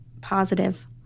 positive